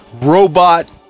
robot